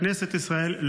כנסת ישראל,